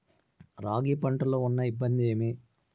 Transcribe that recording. రాగి పంటలో ఉన్న ఇబ్బంది ఏమి?